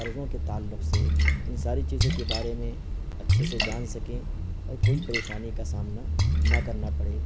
قرضوں کے تعلق سے ان ساری چیزوں کے بارے میں اچّھے سے جان سکیں اور کوئی پریشانی کا سامنا نہ کرنا پڑے